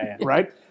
right